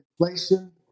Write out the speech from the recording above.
inflation